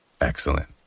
Excellent